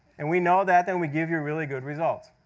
and we know that, and we give you really good results.